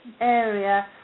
area